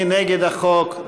מי נגד החוק?